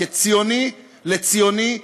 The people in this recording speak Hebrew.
כציוני לציוני,